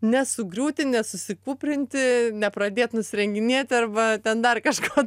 nesugriūti nes susikūprinti nepradėt nusirenginėti arba ten dar kažko